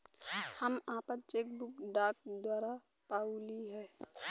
हम आपन cheque book डाक द्वारा पउली है